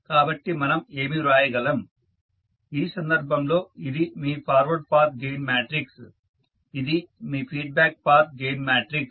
కాబట్టి మనం ఏమి వ్రాయగలం ఈ సందర్భంలో ఇది మీ ఫార్వర్డ్ పాత్ గెయిన్ మ్యాట్రిక్స్ ఇది మీ ఫీడ్బ్యాక్ పాత్ గెయిన్ మ్యాట్రిక్స్